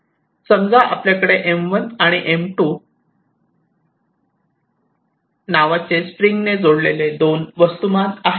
समजा आपल्याकडे M1 आणि M2 नावाचे स्प्रिंगने जोडलेले दोन वस्तुमान आहेत